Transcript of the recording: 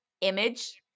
image